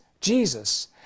jesus